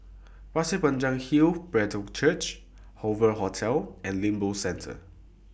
Pasir Panjang Hill Brethren Church Hoover Hotel and Lippo Centre